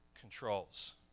controls